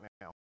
now